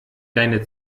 deine